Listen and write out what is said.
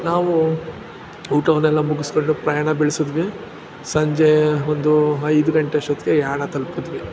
ನಾವು ಊಟವನ್ನೆಲ್ಲ ಮುಗಿಸ್ಕೊಂಡು ಪ್ರಯಾಣ ಬೆಳ್ಸಿದ್ವಿ ಸಂಜೆ ಒಂದು ಐದು ಗಂಟೆ ಅಷ್ಟೊತ್ತಿಗೆ ಯಾಣ ತಲ್ಪುದ್ವಿ